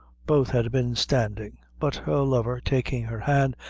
both had been standing but her lover, taking her hand,